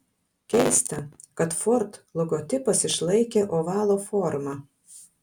keista kad ford logotipas išlaikė ovalo formą